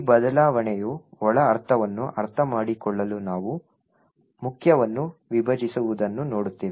ಈ ಬದಲಾವಣೆಯ ಒಳಾರ್ಥವನ್ನು ಅರ್ಥಮಾಡಿಕೊಳ್ಳಲು ನಾವು ಮುಖ್ಯವನ್ನು ವಿಭಜಿಸುವುದನ್ನು ನೋಡುತ್ತೇವೆ